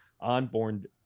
onboard